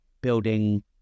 building